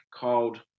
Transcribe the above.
called